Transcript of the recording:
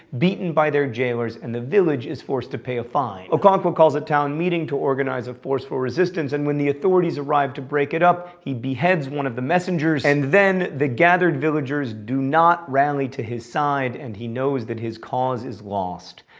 beaten by their jailers, and the village is forced to pay a fine. okonkwo calls a town meeting to organize a forceful resistance and when the authorities arrive to break it up, he beheads one of the messengers. and then the gathered villagers do not rally to his side, and he knows that his cause is lost.